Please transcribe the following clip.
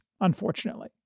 unfortunately